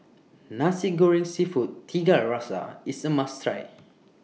Nasi Goreng Seafood Tiga Rasa IS A must Try